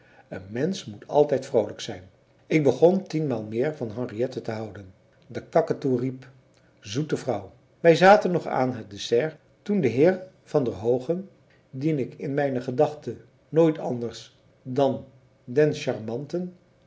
een mensch moet altijd vroolijk zijn ik begon tienmaal meer van henriette te houden de kaketoe riep zoete vrouw wij zaten nog aan het dessert toen de heer van der hoogen dien ik in mijne gedachten nooit anders dan den charmanten